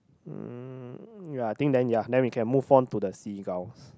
um ya think then ya then we can move on to the seagulls